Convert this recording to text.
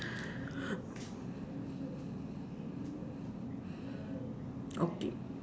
okay